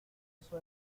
eso